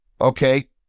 okay